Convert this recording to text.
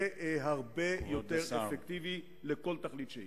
זה הרבה יותר אפקטיבי לכל תכלית שהיא.